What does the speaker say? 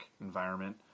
environment